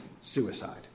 suicide